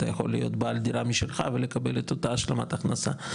אתה יכול להיות בעל דירה משלך ולקבל את אותה השלמת הכנסה.